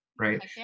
Right